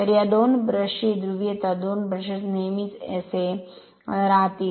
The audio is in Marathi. तर या दोन ब्रशची ही ध्रुवीयता दोन ब्रशेस नेहमीच एसए राहील